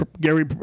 Gary